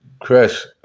Chris